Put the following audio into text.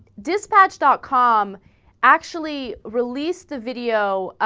dispatch dot com actually released a video ah.